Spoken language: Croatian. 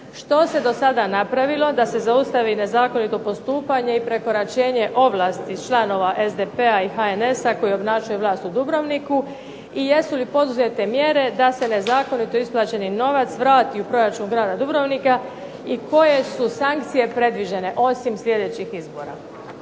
što se do sada napravilo da se zaustavi nezakonito postupanje i prekoračenje ovlasti članova SDP-a i HNS-a koji obnašaju vlast u Dubrovniku i jesu li poduzete mjere da se nezakonito isplaćeni novac vrati u proračun grada Dubrovnika i koje su sankcije predviđene osim sljedećih izbora.